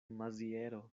maziero